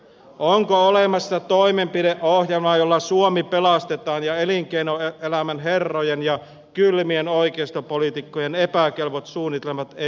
onko olemassa toimenpideohjelma jolla suomi pelastetaan ja elinkeinoelämän herrojen ja kylmien oikeistopoliitikkojen epäkelvot suunnitelmat estetään